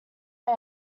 may